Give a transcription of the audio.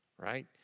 right